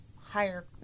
higher